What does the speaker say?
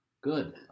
Good